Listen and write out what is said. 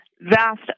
vast